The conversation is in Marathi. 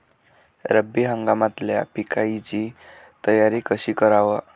रब्बी हंगामातल्या पिकाइची तयारी कशी कराव?